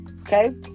okay